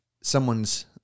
someone's